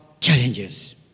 challenges